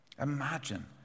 Imagine